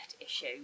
issue